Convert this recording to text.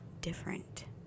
different